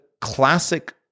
classic